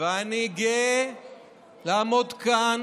אני גאה לעמוד כאן